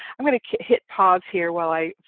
i'm going to hit hit pause here while i